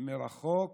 מרחוק